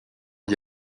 d’y